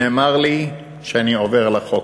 נאמר לי שאני עובר על החוק.